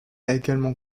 également